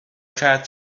کرد